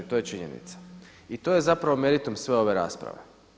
To je činjenica i to je zapravo meritum sve ove rasprave.